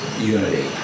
unity